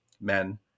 men